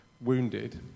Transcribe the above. wounded